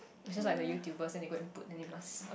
is just like the YouTubers then they go and put then they must uh